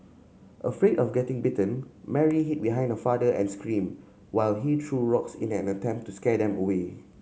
afraid of getting bitten Mary hid behind her father and screamed while he threw rocks in an attempt to scare them away